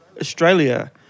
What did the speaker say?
Australia